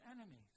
enemies